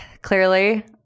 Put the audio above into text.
Clearly